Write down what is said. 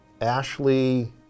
Ashley